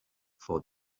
for